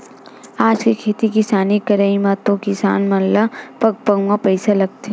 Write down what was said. आज के खेती किसानी करई म तो किसान मन ल पग पग म पइसा लगथे